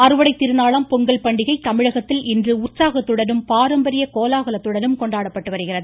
அறுவடைத் திருநாளாம் பொங்கல் பண்டிகை தமிழகத்தில் இன்று உற்சாகத்துடன் பாரம்பரிய கோலாகலத்துடனும் கொண்டாடப்பட்டு வருகிறது